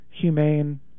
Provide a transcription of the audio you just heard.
humane